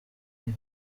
hafi